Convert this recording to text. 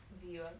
view